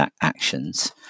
actions